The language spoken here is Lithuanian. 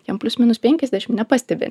jam plius minus penkiasdešim nepastebi